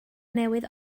newydd